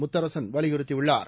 முத்தரசன் வலியுறுத்தியுள்ளார்